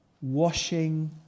Washing